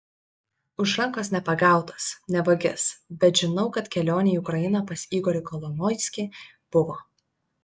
už rankos nepagautas ne vagis bet žinau kad kelionė į ukrainą pas igorį kolomoiskį buvo